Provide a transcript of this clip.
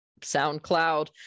SoundCloud